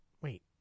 wait